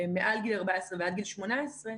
מעל גיל 14 ועד גיל 18,